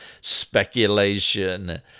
speculation